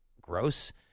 gross